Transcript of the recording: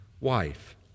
wife